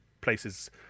places